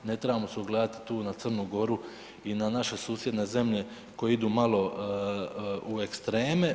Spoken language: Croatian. Ne trebamo ugledati tu na Crnu Goru i na naše susjedne zemlje koje idu malo u ekstreme.